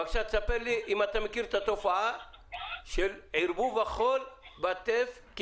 בבקשה תספר לי אם אתה מכיר את התופעה של ערבוב החול עם הטף כי